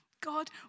God